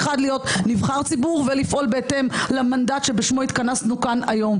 להיות נבחר ציבור ולפעול בהתאם למנדט שבשמו התכנסנו כאן היום.